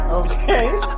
Okay